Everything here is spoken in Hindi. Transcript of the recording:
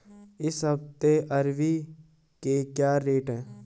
इस हफ्ते अरबी के क्या रेट हैं?